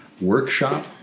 workshop